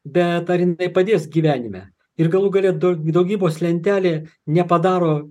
bet ar jinai padės gyvenime ir galų gale du daugybos lentelė nepadaro